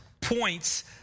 points